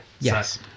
Yes